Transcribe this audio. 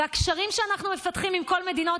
ועל הקשרים שאנחנו מפתחים עם כל מדינות